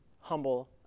humble